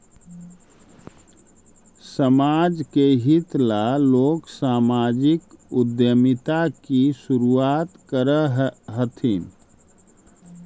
समाज के हित ला लोग सामाजिक उद्यमिता की शुरुआत करअ हथीन